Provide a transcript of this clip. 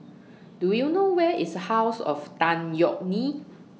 Do YOU know Where IS House of Tan Yeok Nee